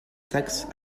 taxes